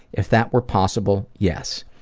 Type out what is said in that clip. if that were possible, yes.